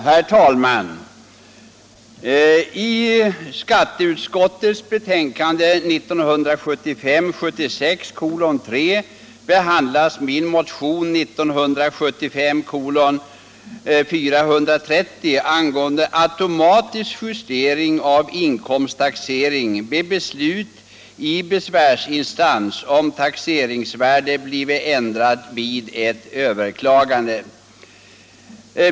Herr talman! I skatteutskottets betänkande 1975/76:3 behandlas min motion 1975:430 angående automatisk justering av inkomsttaxering vid beslut i besvärsinstans om taxeringsvärde blivit ändrat vid överklagande.